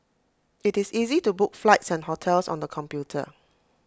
IT is easy to book flights and hotels on the computer